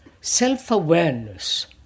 self-awareness